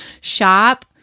Shop